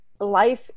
life